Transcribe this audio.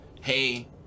Hey